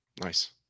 Nice